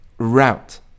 route